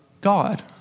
God